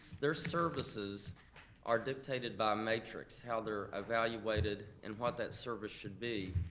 their services are dictated by a matrix, how they're evaluated and what that service should be.